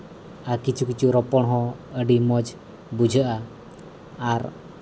ᱟᱨ ᱠᱤᱪᱷᱩ ᱠᱤᱪᱷᱩ ᱨᱚᱯᱚᱲ ᱦᱚᱸ ᱟᱹᱰᱤ ᱢᱚᱡᱽ ᱵᱩᱡᱷᱟᱜᱼᱟ ᱟᱨ